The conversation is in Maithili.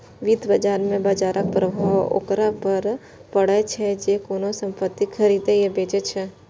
वित्त बाजार मे बाजरक प्रभाव ओकरा पर पड़ै छै, जे कोनो संपत्ति खरीदै या बेचै छै